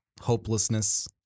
hopelessness